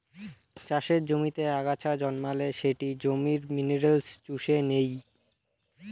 চাষের জমিতে আগাছা জন্মালে সেটি জমির মিনারেলস চুষে নেই